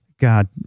god